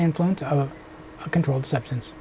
the influence of a controlled substance